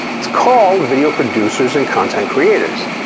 it's called video producers and content creators.